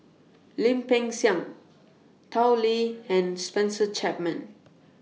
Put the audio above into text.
Lim Peng Siang Tao Li and Spencer Chapman